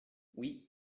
oui